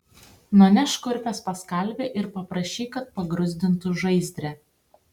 nunešk kurpes pas kalvį ir paprašyk kad pagruzdintų žaizdre